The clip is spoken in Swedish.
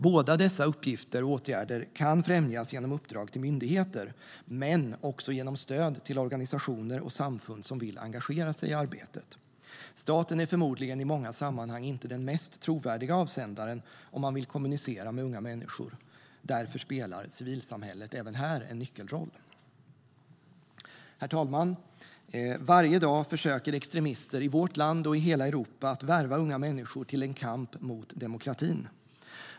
Båda dessa uppgifter och åtgärder kan främjas genom uppdrag till myndigheter, men också genom stöd till organisationer och samfund som vill engagera sig i arbetet. Staten är förmodligen i många sammanhang inte den mest trovärdiga avsändaren om man vill kommunicera med unga människor. Därför spelar civilsamhället även här en nyckelroll. Herr talman! Varje dag försöker extremister i vårt land och i hela Europa att värva unga människor till en kamp mot demokratin.